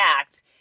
act